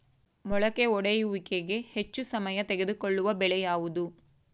ಮೊಳಕೆ ಒಡೆಯುವಿಕೆಗೆ ಹೆಚ್ಚು ಸಮಯ ತೆಗೆದುಕೊಳ್ಳುವ ಬೆಳೆ ಯಾವುದು?